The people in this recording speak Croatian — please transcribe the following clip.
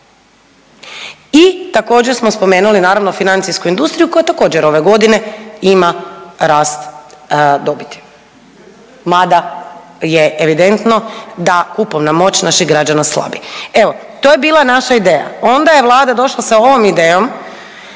I također smo spomenuli naravno financijsku industriju koja također ove godine ima rast dobiti mada je evidentno da kupovna moć naših građana slabi. Evo to je bila naša ideja, onda je Vlada došla sa ovom idejom